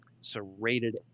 serrated